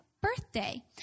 birthday